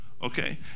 Okay